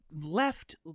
left